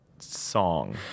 song